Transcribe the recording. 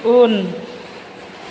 उन